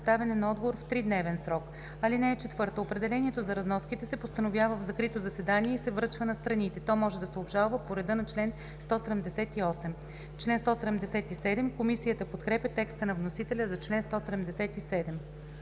представяне на отговор в тридневен срок. (4) Определението за разноските се постановява в закрито заседание и се връчва на страните. То може да се обжалва по реда на чл. 178.“ Комисията подкрепя текста на вносителя за чл. 177.